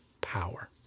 power